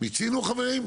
מיצינו חברים?